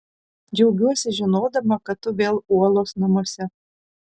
džiaugiuosi žinodama kad tu vėl uolos namuose